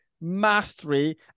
Mastery